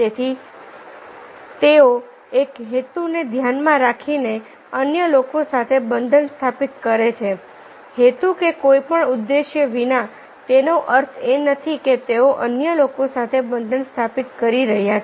તેથી તેઓ એક હેતુને ધ્યાનમાં રાખીને અન્ય લોકો સાથે બંધન સ્થાપિત કરે છે હેતુ કે કોઈપણ ઉદ્દેશ્ય વિના તેનો અર્થ એ નથી કે તેઓ અન્ય લોકો સાથે બંધન સ્થાપિત કરી રહ્યાં છે